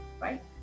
right